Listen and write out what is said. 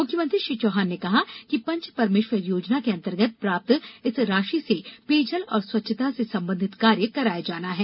मुख्यमंत्री श्री चौहान ने कहा कि पंच परमेश्वर योजना के अंतर्गत प्राप्त इस राशि से पेयजल और स्वच्छता से संबंधित कार्य कराये जाना है